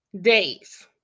days